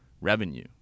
revenue